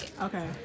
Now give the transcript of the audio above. Okay